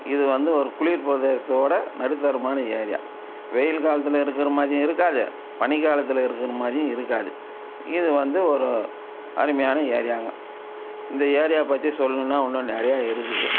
இது வந்து ஒரு குளிர் பிரதேசத்தோட நடுத்தரமான ஏரியா வெயில் காலத்தில் இருக்கிற மாதிரியும் இருக்காது பனி காலத்தில் இருக்கிற மாதிரியும் இருக்காது இது வந்து ஒரு அருமையான ஏரியாங்க இந்த ஏரியாவை பற்றி சொல்லணுன்னா இன்னும் நிறையா இருக்குது